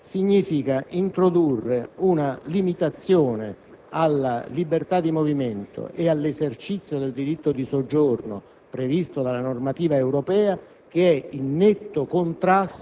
Pensare, invece, ad un dovere di segnalazione della propria presenza sul territorio nazionale a fini di pubblica sicurezza,